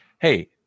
hey